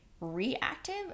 reactive